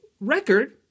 record